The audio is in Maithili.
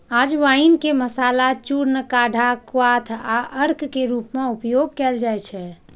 अजवाइन के मसाला, चूर्ण, काढ़ा, क्वाथ आ अर्क के रूप मे उपयोग कैल जाइ छै